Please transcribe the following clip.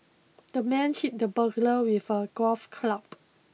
the man hit the burglar with a golf club